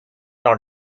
dans